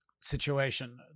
situation